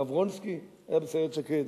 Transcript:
הרב רונצקי היה בסיירת שקד,